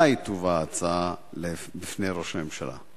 2. מתי תובא ההצעה לפני ראש הממשלה?